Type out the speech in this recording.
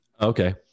Okay